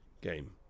game